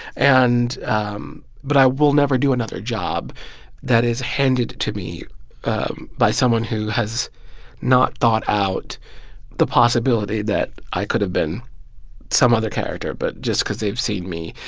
and um but i will never do another job that is handed to me by someone who has not thought out the possibility that i could've been some other character but just cause they've seen me